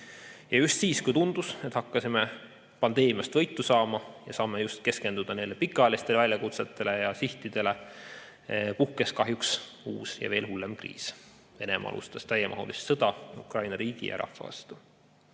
Just siis, kui tundus, et hakkasime pandeemiast võitu saama ja saame keskenduda pikaajalistele väljakutsetele ja sihtidele, puhkes kahjuks uus ja veel hullem kriis. Venemaa alustas täiemahulist sõda Ukraina riigi ja rahva vastu.